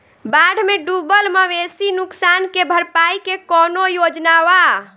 बाढ़ में डुबल मवेशी नुकसान के भरपाई के कौनो योजना वा?